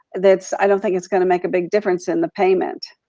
that's, i don't think it's gonna make a big difference in the payment.